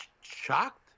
shocked